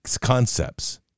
concepts